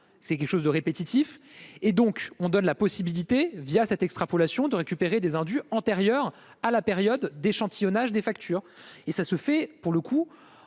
c'est quelque chose de répétitive et donc on donne la possibilité, via cette extrapolation de récupérer des indus antérieures à la période d'échantillonnage des factures et ça se fait, pour le coup,